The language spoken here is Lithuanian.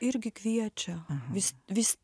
irgi kviečia vis vis